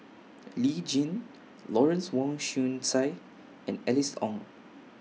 Lee Tjin Lawrence Wong Shyun Tsai and Alice Ong